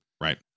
Right